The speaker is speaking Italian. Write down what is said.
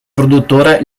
produttore